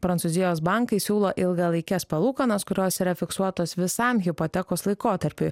prancūzijos bankai siūlo ilgalaikes palūkanas kurios yra fiksuotos visam hipotekos laikotarpiui